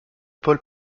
paul